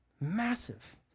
massive